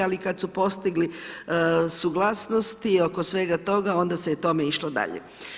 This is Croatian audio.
Ali kad su postigli suglasnost i oko svega toga onda se je tome išlo dalje.